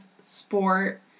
sport